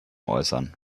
äußern